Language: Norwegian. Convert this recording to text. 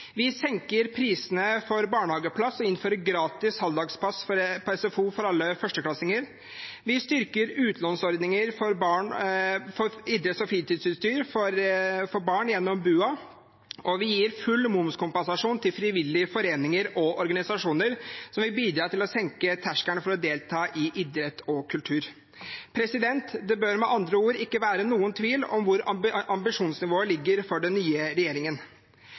vi senker prisene for barnehageplass og innfører gratis halvdagsplass på SFO for alle førsteklassinger, vi styrker utlånsordninger for idretts- og fritidsutstyr for barn gjennom BUA, vi gir full momskompensasjon til frivillige foreninger og organisasjoner, som vil bidra til senke terskelen for å delta i idrett og kultur. Det bør med andre ord ikke være noen tvil om hvor ambisjonsnivået ligger for den nye regjeringen.